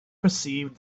perceived